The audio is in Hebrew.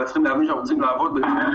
אבל צריכים להאמין שאנחנו רוצים לעבוד --- שלא